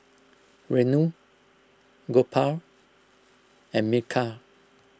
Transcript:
Renu Gopal and Milkha